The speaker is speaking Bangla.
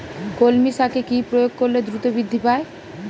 কলমি শাকে কি প্রয়োগ করলে দ্রুত বৃদ্ধি পায়?